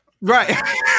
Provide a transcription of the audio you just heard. Right